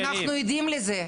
אנחנו עדים לזה.